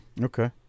Okay